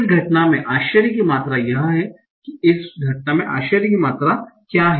इस घटना में आश्चर्य की मात्रा क्या है एंट्रॉपी मापता है